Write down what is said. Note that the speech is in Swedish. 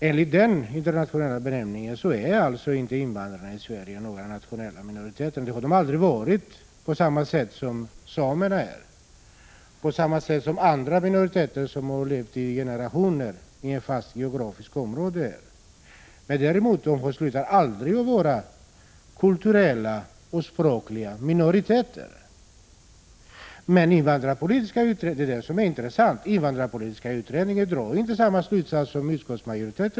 Enligt denna internationella benämning är invandrarna i Sverige inte någon nationell minoritet. Det har de aldrig varit på samma sätt som samerna och på samma sätt som andra minoriteter, som i generationer har levt i ett fast geografiskt område. Men däremot slutar de aldrig att vara kulturella och språkliga minoriteter. Men invandrarpolitiska kommittén drog inte samma slutsats som utskottsmajoriteten har gjort — och det är det som är intressant.